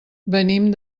venim